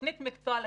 תוכנית מקצוע לחיים,